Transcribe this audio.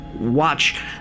watch